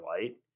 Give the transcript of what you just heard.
Light